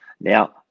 Now